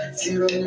zero